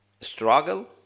struggle